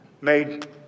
made